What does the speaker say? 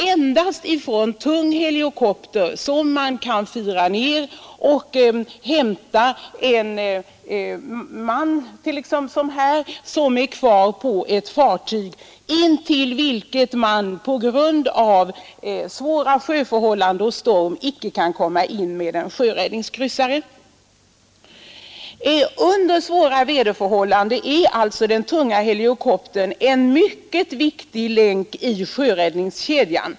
Endast med hjälp av en tung helikopter är det möjligt att hämta en nödställd ombord på ett fartyg som man på grund av svåra sjöförhållanden inte kan komma intill med en sjöräddningskryssare. Under svåra väderförhållanden är alltså den tunga helikoptern en mycket viktig länk i sjöräddningskedjan.